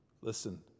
Listen